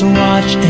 watch